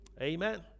Amen